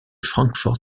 francfort